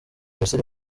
misiri